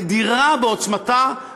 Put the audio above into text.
נדירה בעוצמתה,